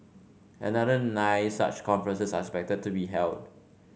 another nine such conferences are expected to be held